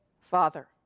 Father